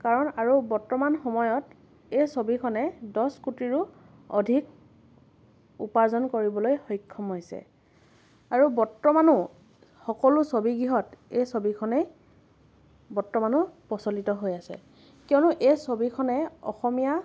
কাৰণ আৰু বৰ্তমান সময়ত এই ছবিখনে দছ কোটিৰো অধিক উপাৰ্জন কৰিবলৈ সক্ষম হৈছে আৰু বৰ্তমানো সকলো ছবি গৃহত এই ছবিখনে বৰ্তমানো প্ৰচলিত হৈ আছে কিয়নো এই ছবিখনে অসমীয়া